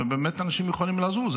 ובאמת אנשים יכולים לזוז,